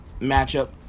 matchup